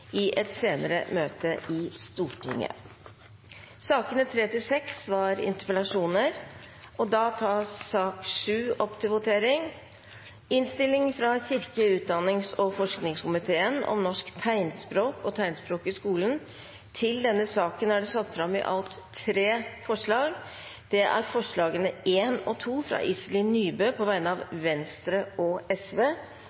i et senere møte i Stortinget. I sakene nr. 3–6 foreligger det ikke noe voteringstema. Under debatten er det satt fram i alt tre forslag. Det er forslagene nr. 1 og 2, fra Iselin Nybø på vegne av